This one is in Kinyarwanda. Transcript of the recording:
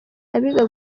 abiga